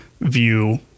view